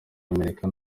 amerika